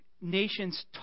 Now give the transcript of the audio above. nations